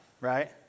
right